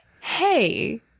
hey